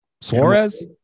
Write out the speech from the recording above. Suarez